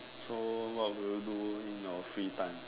so what will you do in your free time